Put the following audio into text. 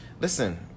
listen